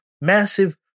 massive